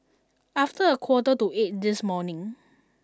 after a quarter to eight this morning